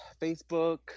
Facebook